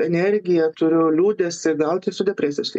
energija turiu liūdesį gal tai su depresija susiję